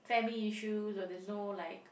family issues or there's no like